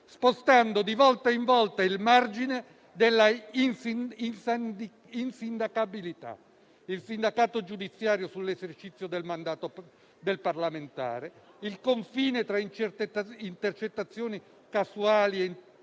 spostando di volta in volta il margine dell'insindacabilità, l'asticella del sindacato giudiziario sull'esercizio del mandato parlamentare, il confine tra intercettazioni casuali e intercettazioni